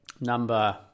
number